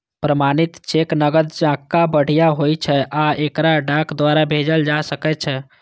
प्रमाणित चेक नकद जकां बढ़िया होइ छै आ एकरा डाक द्वारा भेजल जा सकै छै